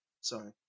sorry